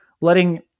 letting